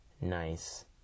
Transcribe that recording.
nice